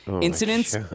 incidents